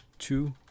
two